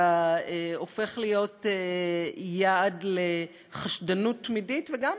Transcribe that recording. אתה הופך להיות יעד לחשדנות תמידית וגם